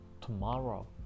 tomorrow